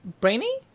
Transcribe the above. brainy